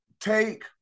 take